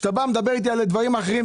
כשאתה בא ומדבר איתי על הדברים האחרים,